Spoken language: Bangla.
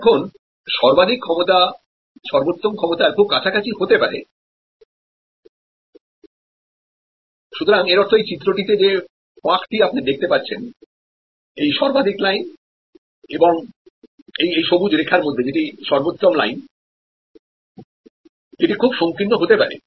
এখন সর্বাধিক ক্ষমতা সর্বোত্তম ক্ষমতার খুব কাছাকাছি হতে পারে সুতরাং এর অর্থ এই চিত্রটিতে যে ফাঁকটি আপনি দেখতে পাচ্ছেন এই সময়টি দেখুন 1054 এই সর্বাধিক লাইন এবং এই সবুজ রেখার মধ্যে যেটি সর্বোত্তম লাইন এটি খুব সংকীর্ণ হতে পারে